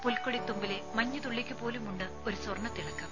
പുൽക്കൊടിത്തുമ്പിലെ മഞ്ഞുതുള്ളിയ്ക്ക് പോലുമുണ്ട് ഒരു സ്വർണത്തിളക്കം